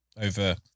over